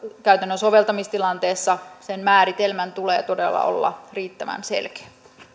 käytännön soveltamistilanteessa sen määritelmän tulee todella olla riittävän selkeä